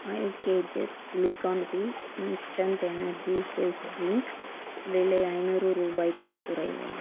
five kgs Glucon D instant energy health drink விலை ஐநூறு ரூபாய்க்குக் குறைவா